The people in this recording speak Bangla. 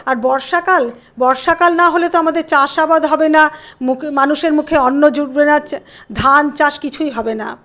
আর বর্ষাকাল বর্ষাকাল না হলে তো আমাদের চাষ আবাদ হবে না মুখে মানুষের মুখে অন্ন জুটবে না ধান চাষ কিছুই হবে না